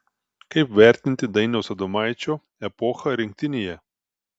kaip vertinti dainiaus adomaičio epochą rinktinėje